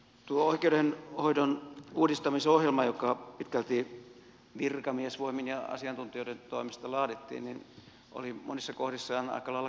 tuo oikeudenhoidon uudistamisohjelma jo ka pitkälti virkamiesvoimin ja asiantuntijoiden toimesta laadittiin oli monissa kohdissa aika lailla kaavamainen